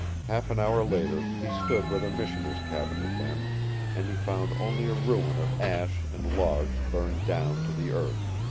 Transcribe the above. half an hour later he stood where the missioner's cabin had been and he found only a ruin of ash and logs burned down to the earth.